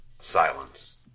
Silence